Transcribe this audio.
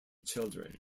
children